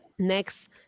Next